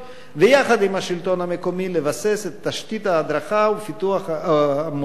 ויחד עם השלטון המקומי לבסס את תשתית ההדרכה והפיתוח המוניציפליים,